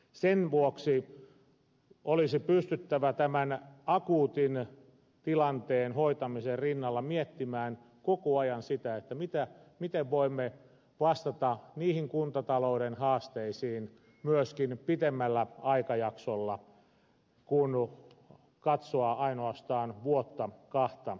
sen vuoksi olisi pystyttävä tämän akuutin tilanteen hoitamisen rinnalla miettimään koko ajan sitä miten voimme vastata niihin kuntatalouden haasteisiin myöskin pitemmällä aikajaksolla kuin katsoen ainoastaan vuotta kahta eteenpäin